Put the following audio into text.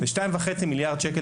בסך 2.5 מיליארד ₪,